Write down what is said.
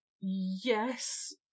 yes